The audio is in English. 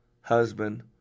husband